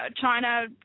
China